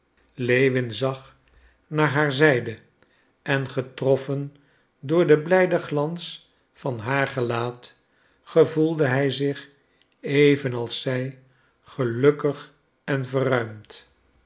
lewin zag naar haar zijde en getroffen door den blijden glans van haar gelaat gevoelde hij zich even als zij gelukkig en verruimd